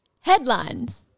Headlines